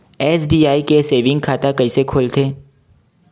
SBI के saving खाता कइसे खोलथे?